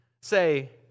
say